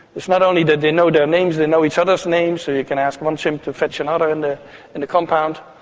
it's not only that they know their names, they know each other's names, so you can ask one chimp to fetch another in the and compound.